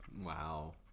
Wow